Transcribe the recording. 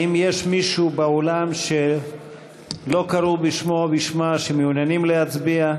האם יש מישהו באולם שלא קראו בשמו או בשמה ומעוניינים להצביע?